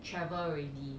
travel already